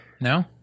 No